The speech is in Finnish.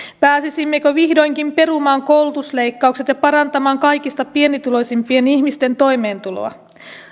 pääsisimmekö vihdoinkin perumaan koulutusleikkaukset ja parantamaan kaikista pienituloisimpien ihmisten toimeentuloa